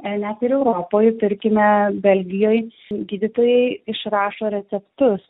net ir europoj tarkime belgijoj gydytojai išrašo receptus